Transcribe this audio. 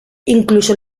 incluso